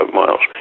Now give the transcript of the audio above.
miles